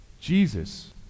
Jesus